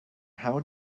how